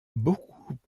beaucoup